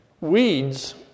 Weeds